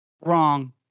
Wrong